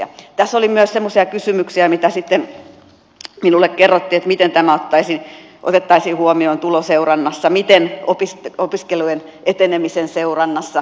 tässä oli myös semmoisia kysymyksiä joista sitten minulle kerrottiin miten tämä otettaisiin huomioon tuloseurannassa miten opiskelujen etenemisen seurannassa